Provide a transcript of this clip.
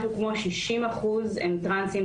משהו כמו 60 אחוז הם טרנסים,